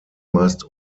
meist